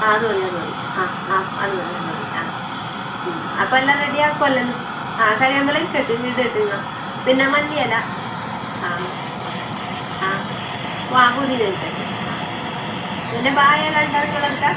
ആ അത് മതി അത് മതി ആ അത് മതി അത് മതി ആ അപ്പം എല്ലാം റെഡിയാക്കുമല്ലോ ഇന്ന് ആ കരിയാമ്പെല ഇരിക്കട്ടെ ഇട്ടിരുന്നോ പിന്നെ മല്ലിയില ആ ആ ആ പുതിയിന ഇരിക്കട്ടെ ആ പിന്നെ വാഴയില ഉണ്ടോ നിങ്ങളെ അടുത്ത്